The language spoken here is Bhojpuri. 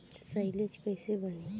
साईलेज कईसे बनी?